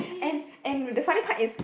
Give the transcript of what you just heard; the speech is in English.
and and the funny part is